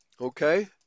Okay